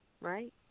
right